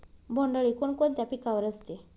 बोंडअळी कोणकोणत्या पिकावर असते?